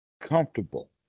comfortable